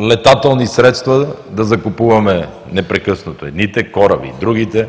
летателни средства да закупуваме непрекъснато, едните кораби, другите...